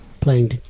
playing